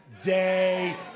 day